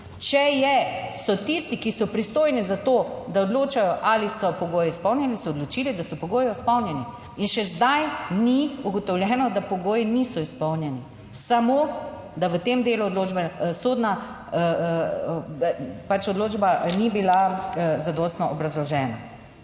je, so tisti, ki so pristojni za to, da odločajo, ali so pogoji izpolnjeni, se odločili, da so pogoji izpolnjeni? In še zdaj ni ugotovljeno, da pogoji niso izpolnjeni, samo da v tem delu odločbe sodna pač odločba ni bila zadostno obrazložena.